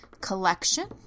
collection